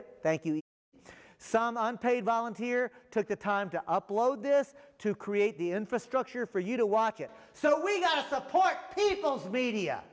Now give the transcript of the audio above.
it thank you some unpaid volunteer took the time to upload this to create the infrastructure for you to watch it so we support people's media